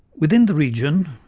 within the region,